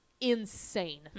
insane